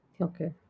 Okay